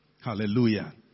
Hallelujah